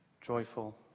joyful